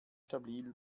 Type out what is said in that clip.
stabil